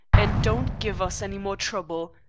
and don't give us any more trouble.